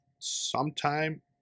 sometime